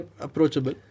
approachable